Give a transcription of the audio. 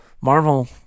Marvel